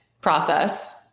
process